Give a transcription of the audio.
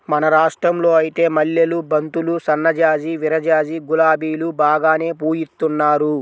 మన రాష్టంలో ఐతే మల్లెలు, బంతులు, సన్నజాజి, విరజాజి, గులాబీలు బాగానే పూయిత్తున్నారు